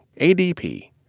ADP